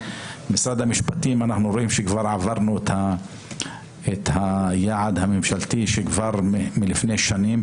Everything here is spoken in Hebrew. במשרד המשפטים אנחנו רואים שכבר עברנו את היעד הממשלתי לפני שנים,